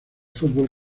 fútbol